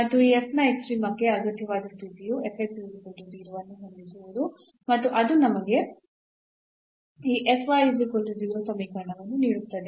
ಮತ್ತು ಈ ನ ಎಕ್ಸ್ಟ್ರೀಮಕ್ಕೆ ಅಗತ್ಯವಾದ ಸ್ಥಿತಿಯು ಅನ್ನು ಹೊಂದಿಸುವುದು ಮತ್ತು ಅದು ನಮಗೆ ಈ ಸಮೀಕರಣವನ್ನು ನೀಡುತ್ತದೆ